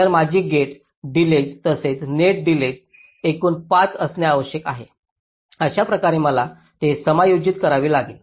तर माझे gate delays तसेच नेट डिलेज एकूण 5 असणे आवश्यक आहे अशा प्रकारे मला ते समायोजित करावे लागेल